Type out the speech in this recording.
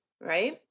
right